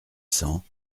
cents